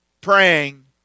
praying